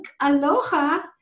aloha